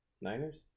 niners